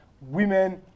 women